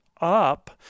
up